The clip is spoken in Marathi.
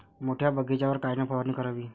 मोठ्या बगीचावर कायन फवारनी करावी?